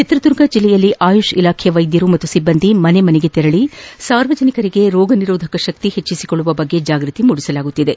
ಚಿತ್ರದುರ್ಗ ಜಿಲ್ಲೆಯಲ್ಲಿ ಆಯುಷ್ ಇಲಾಖೆ ವೈದ್ಯರು ಮತ್ತು ಸಿಬ್ಬಂದಿ ಮನೆ ಮನೆಗೆ ತೆರಳ ಸಾರ್ವಜನಿಕರಿಗೆ ರೋಗನಿರೋಧಕ ಶಕ್ತಿ ಹೆಚ್ಚಿಸಿಕೊಳ್ಳುವ ಬಗ್ಗೆ ಜಾಗೃತಿ ಮೂಡಿಸಲಾಗುತ್ತಿದೆ